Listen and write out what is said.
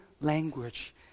language